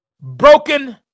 Broken